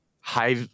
high